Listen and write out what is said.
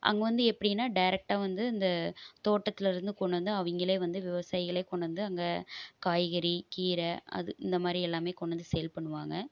அங்கே வந்து எப்படின்னா டேரெக்ட்டாக வந்து இந்த தோட்டத்துலருந்து கொண்டு வந்து அவங்களே வந்து விவசாயிகளே கொண்டு வந்து அங்கே காய்கறி கீரை அது இந்த மாரி எல்லாமே கொண்டு வந்து சேல் பண்ணுவாங்க